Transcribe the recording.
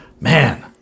Man